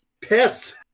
Piss